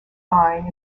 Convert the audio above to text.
vine